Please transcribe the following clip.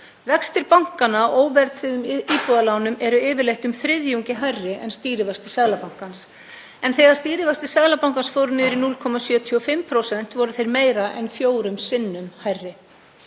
Vextir bankanna á óverðtryggðum íbúðalánum eru yfirleitt um þriðjungi hærri en stýrivextir Seðlabankans en þegar stýrivextir Seðlabankans fór niður í 0,75% voru þeir meira en fjórum sinnum hærri.